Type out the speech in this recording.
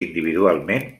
individualment